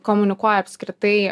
komunikuoja apskritai